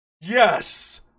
yes